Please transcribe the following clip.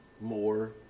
more